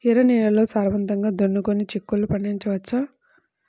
ఎర్ర నేలల్లో సారవంతంగా దున్నుకొని చిక్కుళ్ళు పండించవచ్చు